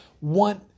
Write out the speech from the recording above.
want